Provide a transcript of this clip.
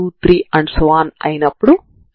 ఇది స్థిరాంకం అవుతుంది